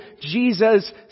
Jesus